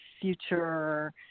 future